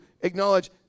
acknowledge